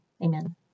Amen